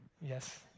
Yes